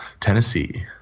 Tennessee